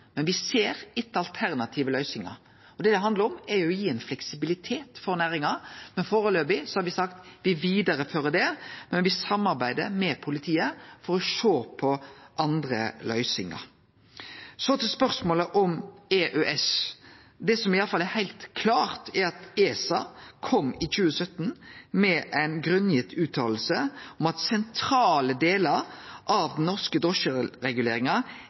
men me ser etter alternative løysingar. Det det handlar om, er å gi ein fleksibilitet for næringa. Førebels har me sagt at me vidarefører det, men me samarbeider med politiet for å sjå på andre løysingar. Til spørsmålet om EØS: Det som iallfall er heilt klart, er at ESA i 2017 kom med ei grunngitt fråsegn om at sentrale delar av den norske drosjereguleringa